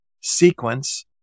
sequence